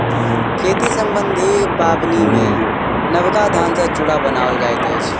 खेती सम्बन्धी पाबनिमे नबका धान सॅ चूड़ा बनाओल जाइत अछि